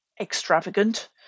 extravagant